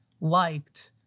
liked